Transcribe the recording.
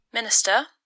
Minister